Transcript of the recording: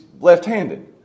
left-handed